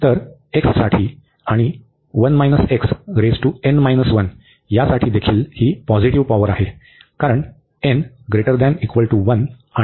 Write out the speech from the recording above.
तर x साठी आणि साठी देखील ही पॉझिटिव्ह पॉवर आहे कारण आणि पॉवरदेखील पॉझिटिव्ह आहे